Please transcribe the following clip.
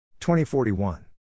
2041